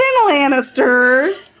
Lannister